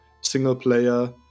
single-player